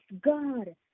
God